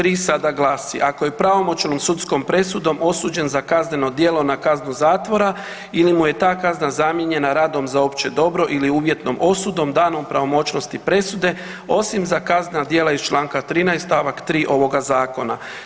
3 sada glasi: Ako je pravomoćnom sudskom presudom osuđen za kazneno djelo na kaznu zatvora ili mu je ta kazna zamijenjena radom za opće dobro ili uvjetnom osudom, danom pravomoćnosti presude, osim za kaznena djela iz čl. 13 st. 3 ovoga Zakona.